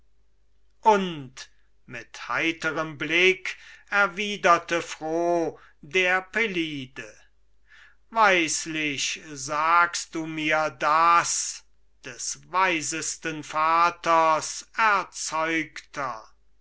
und mit heiterem blick erwiderte froh der pelide weislich sagst du mir das des weisesten vaters erzeugter